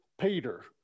Peter